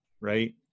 right